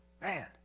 Man